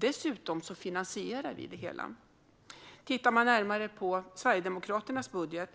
Dessutom finansierar vi det hela. Om man tittar närmare på Sverigedemokraternas budget